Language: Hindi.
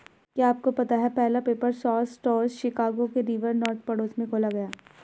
क्या आपको पता है पहला पेपर सोर्स स्टोर शिकागो के रिवर नॉर्थ पड़ोस में खोला गया?